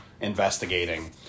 investigating